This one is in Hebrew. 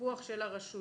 פיקוח של הרשויות.